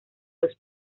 los